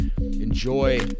enjoy